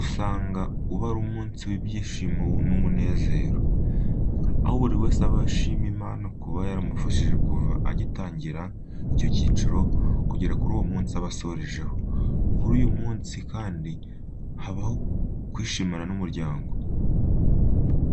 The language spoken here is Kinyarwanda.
usanga uba ari umunsi w'ibyishimo n'umunezero, aho buri wese aba ashima Imana kuba yaramufashije kuva agitangira icyo cyiciro kugera kuri uwo munsi aba asorejeho. Kuri uyu munsi kandi habaho kwishimana n'umuryango.